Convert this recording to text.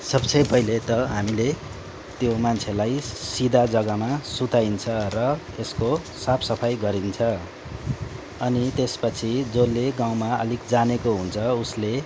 सबसे पहिले त हामीले त्यो मान्छेलाई सिधा जग्गामा सुताइन्छ र त्यसको साफ सफाई गरिन्छ अनि त्यसपछि जसले गाउँमा अलिक जानेको हुन्छ उसले